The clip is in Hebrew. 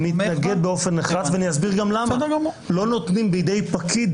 אתנגד באופן נחרץ כי לא נותנים בידי פקיד